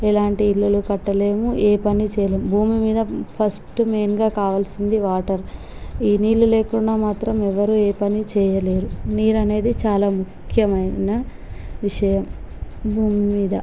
ఎలాంటి ఇళ్ళు కట్టలేము ఏ పని చెయ్యలేము భూమి మీద ఫస్ట్ మెయిన్గా కావాల్సింది వాటర్ ఈ నీళ్ళు లేకుండా మాత్రం ఎవరూ ఏ పనీ చెయ్యలేరు నీరు అనేది చాలా ముఖ్యమైన విషయం భూమి మీద